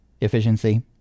efficiency